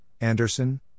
Anderson